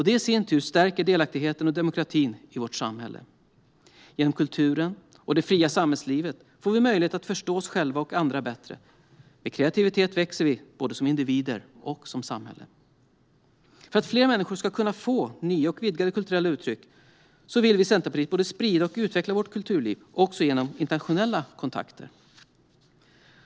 Det i sin tur stärker delaktigheten och demokratin i vårt samhälle. Genom kulturen och det fria samhällslivet får vi möjlighet att förstå oss själva och andra bättre. Med kreativitet växer vi både som individer och som samhälle. För att fler människor ska kunna få nya och vidgade kulturella intryck vill vi i Centerpartiet både sprida och utveckla vårt kulturliv också genom internationella kontakter.